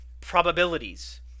probabilities